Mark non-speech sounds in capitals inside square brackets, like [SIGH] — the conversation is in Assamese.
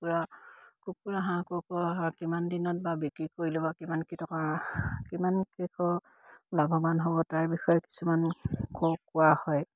কুকুৰা কুকুৰা হাঁহ কুকুৰা কিমান দিনত বা বিক্ৰী কৰিলো বা কিমান কিটকা [UNINTELLIGIBLE] লাভৱান হ'ব তাৰে বিষয়ে কিছুমান কোৱা হয়